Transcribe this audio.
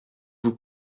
vous